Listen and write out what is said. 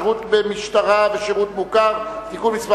(שירות במשטרה ושירות מוכר) (תיקון מס'